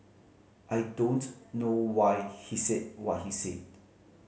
I don't know why he said what he said